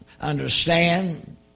understand